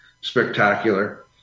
spectacular